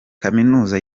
kaminuza